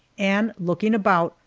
and looking about,